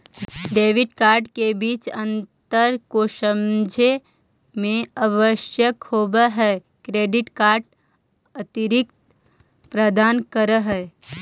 Debit card के बीच अंतर को समझे मे आवश्यक होव है क्रेडिट कार्ड अतिरिक्त प्रदान कर है?